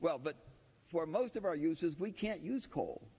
well but for most of our uses we can't use co